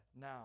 now